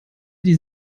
die